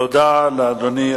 תודה לאדוני,